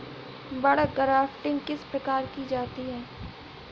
बड grafting किस प्रकार की जाती है?